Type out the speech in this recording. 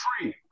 free